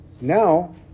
Now